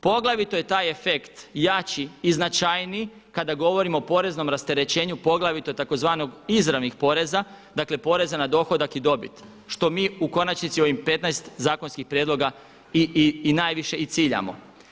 Poglavito je taj efekt jači i značajniji kada govorimo o poreznom rasterećenju poglavito tzv. izravnih poreza dakle poreza na dohodak i dobit što mi u konačnici ovih 15 zakonskih prijedlog i najviše i ciljamo.